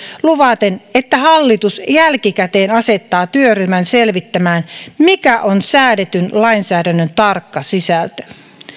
luvaten että hallitus jälkikäteen asettaa työryhmän selvittämään mikä on säädetyn lainsäädännön tarkka sisältö